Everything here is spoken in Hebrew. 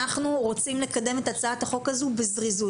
אנחנו רוצים לקדם את הצעת החוק הזו בזריזות,